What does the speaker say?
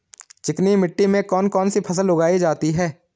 चिकनी मिट्टी में कौन कौन सी फसल उगाई जाती है?